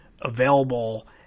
available